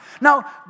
Now